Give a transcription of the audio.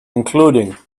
including